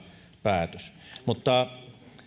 päätös mutta